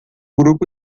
grupo